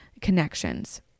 connections